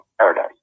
paradise